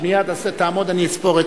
אני אספור.